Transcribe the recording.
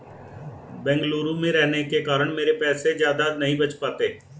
बेंगलुरु में रहने के कारण मेरे पैसे ज्यादा नहीं बच पाते